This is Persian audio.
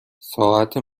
ساعت